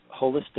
holistic